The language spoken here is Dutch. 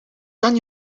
kan